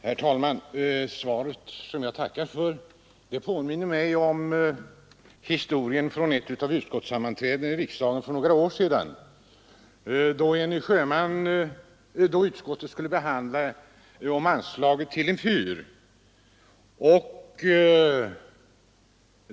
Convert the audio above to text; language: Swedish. Herr talman! Svaret, som jag tackar för, påminner mig om en händelse från ett utskottssam manträde i riksdagen för några år sedan, då utskottet skulle behandla ett ärende om anslag till en fyr.